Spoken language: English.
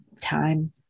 Time